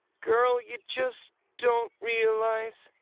girl you just don't realize